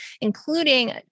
including